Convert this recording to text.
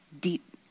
deep